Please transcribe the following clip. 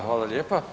Hvala lijepa.